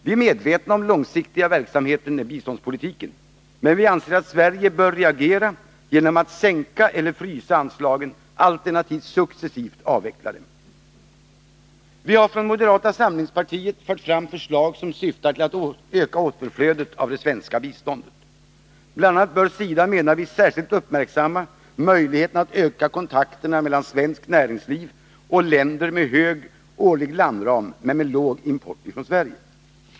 Vi är medvetna om den långsiktiga inriktningen av biståndspolitiken, men vi anser att Sverige bör reagera genom att sänka eller frysa anslagen, alternativt successivt avveckla dem. Vi har från moderata samlingspartiet fört fram förslag som syftar till att öka återflödet av det svenska biståndet. Bl. a. menar vi att SIDA särskilt bör uppmärksamma möjligheterna att öka kontakterna mellan svenskt näringsliv och länder med hög årlig landram men med låg import från Sverige.